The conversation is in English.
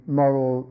moral